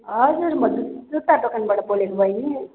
हजुर म त जुत्ता दोकानबाट बोलेको बहिनी